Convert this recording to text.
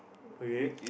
okay